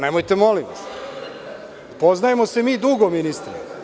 Nemojte molim vas, poznajemo se mi dugo ministre.